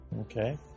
Okay